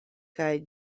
kaj